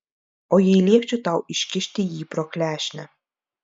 o jei liepčiau tau iškišti jį pro klešnę